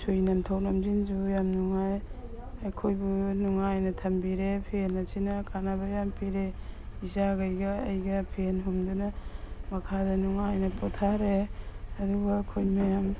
ꯁꯨꯏ ꯅꯝꯊꯣꯛ ꯅꯝꯁꯤꯟꯁꯨ ꯌꯥꯝ ꯅꯨꯡꯉꯥꯏ ꯑꯩꯈꯣꯏꯕꯨ ꯅꯨꯉꯥꯏꯅ ꯊꯝꯕꯤꯔꯦ ꯐꯦꯟ ꯑꯁꯤꯅ ꯀꯥꯟꯅꯕ ꯌꯥꯝ ꯄꯤꯔꯦ ꯏꯆꯥꯒꯩꯒ ꯑꯩꯒ ꯐꯦꯟ ꯍꯨꯝꯗꯅ ꯃꯈꯥꯗ ꯅꯨꯡꯉꯥꯏꯅ ꯄꯣꯊꯥꯔꯦ ꯑꯗꯨꯒ ꯑꯩꯈꯣꯏ ꯃꯌꯥꯝ